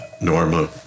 Norma